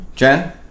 Jen